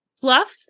fluff